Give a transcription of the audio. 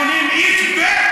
180 איש,